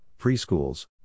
preschools